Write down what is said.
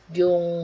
yung